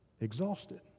Exhausted